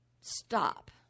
stop